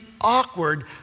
awkward